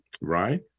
right